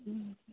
ᱦᱮᱸ